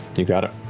you got it.